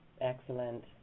Excellent